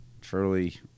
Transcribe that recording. Truly